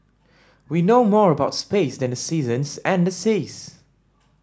we know more about space than the seasons and the seas